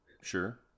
Sure